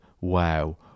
wow